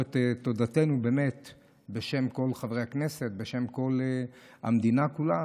את תודתנו בשם כל חברי הכנסת ובשם כל המדינה כולה,